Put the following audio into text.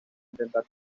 intentar